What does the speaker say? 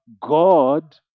God